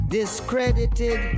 discredited